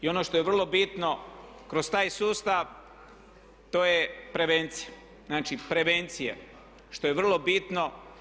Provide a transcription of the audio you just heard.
I ono što je vrlo bitno kroz taj sustav to je prevencija, znači prevencija što je vrlo bitno.